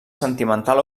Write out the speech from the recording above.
sentimental